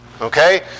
okay